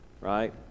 right